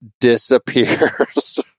disappears